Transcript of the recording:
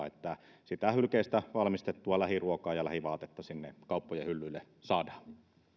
että hylkeestä valmistettua lähiruokaa ja lähivaatetta sinne kauppojen hyllyille saadaan